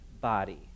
body